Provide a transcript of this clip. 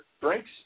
drinks